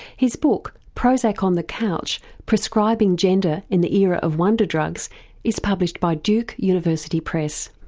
his book prozac on the couch prescribing gender in the era of wonder drugs is published by duke university press.